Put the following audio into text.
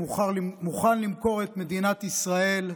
הוא מוכן למכור את מדינת ישראל.